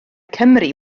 cymru